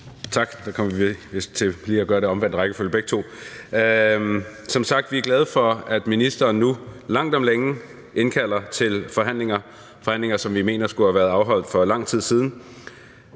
er vi glade for, at ministeren nu langt om længe indkalder til forhandlinger. Det er forhandlinger, som vi mener skulle have været afholdt for lang tid siden.